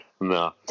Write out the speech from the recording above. No